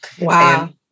Wow